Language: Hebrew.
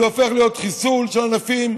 זה הופך להיות חיסול של ענפים,